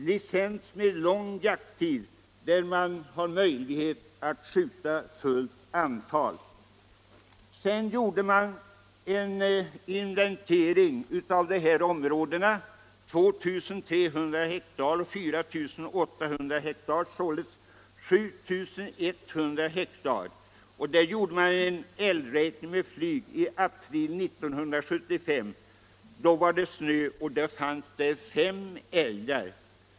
Under den långa jakttiden för licensjakt har man möjlighet att skjuta fullt antal. I dessa områden på sammanlagt 7100 hektar gjordes en älgräkning med flyg i april 1975. Då var det snö, och det fanns fem älgar.